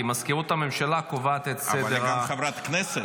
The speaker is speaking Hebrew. כי מזכירות הממשלה קובעת את סדר --- אבל היא גם חברת כנסת.